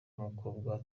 umukobwa